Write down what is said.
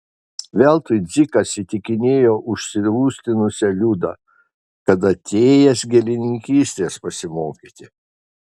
veltui dzikas įtikinėjo užsirūstinusią liudą kad atėjęs gėlininkystės pasimokyti